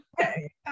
okay